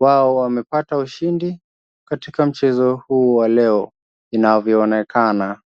wao wamepata ushindi katika mchezo huu wa leo inavyoonekana.